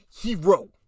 hero